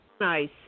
nice